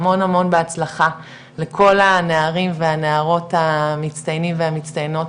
המון המון בהצלחה לכל הנערים והנערות המצטיינים והמצטיינות,